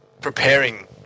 preparing